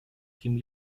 kim